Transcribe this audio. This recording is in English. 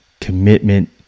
commitment